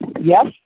Yes